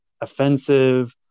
offensive